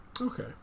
Okay